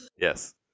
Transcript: Yes